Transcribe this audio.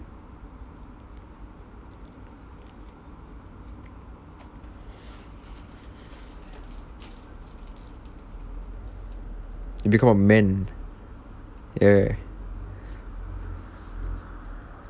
you become a man yeah